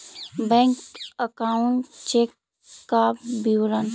Bank account check का विवरण?